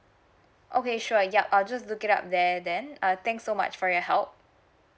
okay sure yup I'll just look it up there then uh thanks so much for your help